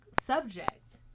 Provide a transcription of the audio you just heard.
subject